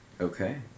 Okay